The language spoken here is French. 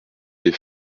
est